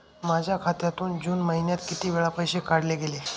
माझ्या खात्यातून जून महिन्यात किती वेळा पैसे काढले गेले?